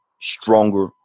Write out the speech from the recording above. stronger